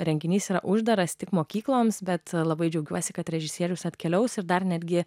renginys yra uždaras tik mokykloms bet labai džiaugiuosi kad režisierius atkeliaus ir dar netgi